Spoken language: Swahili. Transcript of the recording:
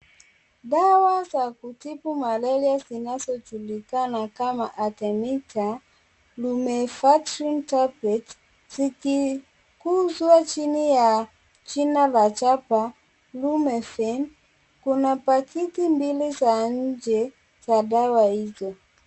Dawa za kutibu maleria zinazojulikana kama Arthemeter lumetafrine table zikikuzwa chini ya jina la chapa Lumefin kuna pakiti mbili za nje za dawa hizo.